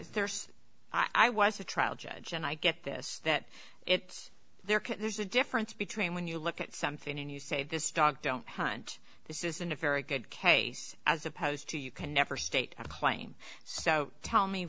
there's i was the trial judge and i get this that it's there there's a difference between when you look at something and you say this dog don't hunt this isn't a very good case as opposed to you can never state a claim so tell me